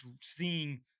seeing